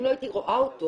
אם לא הייתי רואה אותו,